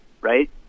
right